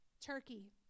Turkey